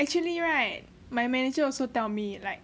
actually right my manager also tell me